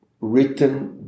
written